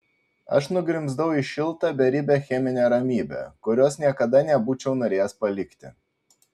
aš nugrimzdau į šiltą beribę cheminę ramybę kurios niekada nebūčiau norėjęs palikti